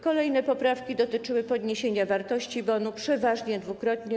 Kolejne poprawki dotyczyły podniesienia wartości bonu, przeważnie dwukrotnie.